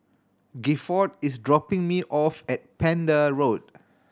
Gifford is dropping me off at Pender Road